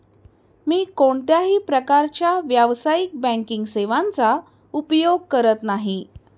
मी कोणत्याही प्रकारच्या व्यावसायिक बँकिंग सेवांचा उपयोग करत नाही